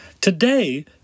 Today